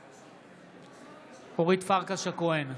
בעד אורית פרקש הכהן,